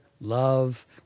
love